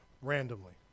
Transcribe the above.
randomly